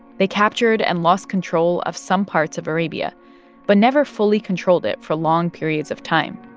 they captured and lost control of some parts of arabia but never fully controlled it for long periods of time.